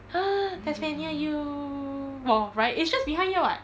that's ve~ near you !wow! right it's just behind here [what]